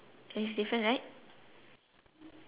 is it green